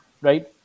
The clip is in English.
right